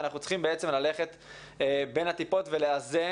ואנחנו צריכים ללכת בין הטיפות ולאזן.